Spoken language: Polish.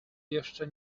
jeszcze